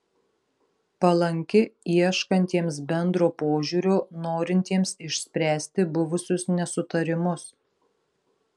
palanki ieškantiems bendro požiūrio norintiems išspręsti buvusius nesutarimus